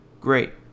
great